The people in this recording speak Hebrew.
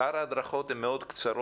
שאר ההדרכות הן מאוד קצרות,